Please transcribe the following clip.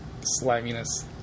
sliminess